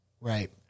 Right